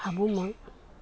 ভাবোঁ মই